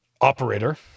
operator